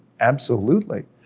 absolutely,